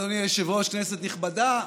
אדוני היושב-ראש, כנסת נכבדה,